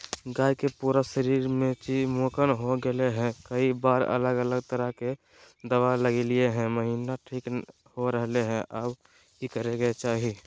गाय के पूरा शरीर में चिमोकन हो गेलै है, कई बार अलग अलग तरह के दवा ल्गैलिए है महिना ठीक हो रहले है, अब की करे के चाही?